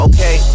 Okay